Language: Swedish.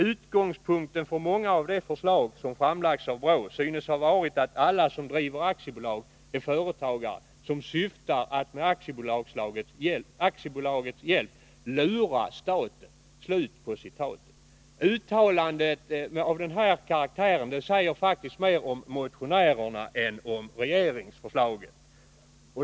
Utgångspunkten för många av de förslag som framlagts av BRÅ synes ha varit att alla som driver aktiebolag är företagare som syftar att med aktiebolagets hjälp lura staten.” Ett uttalande av den här karaktären säger faktiskt mer om motionärerna än om regeringsförslaget.